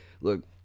Look